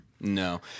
No